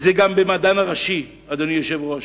זה גם במדען הראשי, אדוני היושב-ראש.